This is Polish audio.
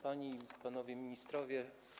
Panie i Panowie Ministrowie!